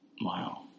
Wow